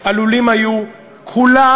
עלולים היו כולם,